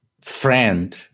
friend